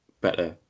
better